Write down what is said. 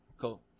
Cool